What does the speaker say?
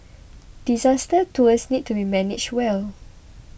disaster tours need to be managed well